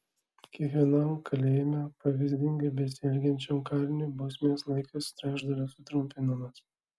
kiekvienam kalėjime pavyzdingai besielgiančiam kaliniui bausmės laikas trečdaliu sutrumpinamas